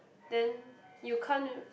then you can't